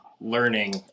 learning